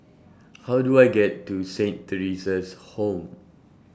How Do I get to Saint Theresa's Home